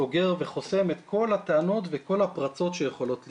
שבעצם סוגר וחוסם את כל הטענות וכל הפרצות שיכולות להיות.